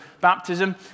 baptism